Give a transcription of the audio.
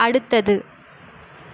அடுத்தது